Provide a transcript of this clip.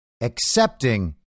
accepting